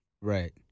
Right